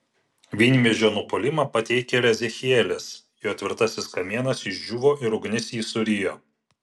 vynmedžio nupuolimą pateikia ir ezechielis jo tvirtasis kamienas išdžiūvo ir ugnis jį surijo